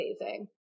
Amazing